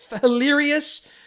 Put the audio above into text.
hilarious